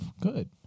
good